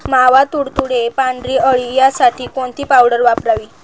मावा, तुडतुडे, पांढरी अळी यासाठी कोणती पावडर वापरावी?